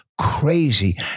crazy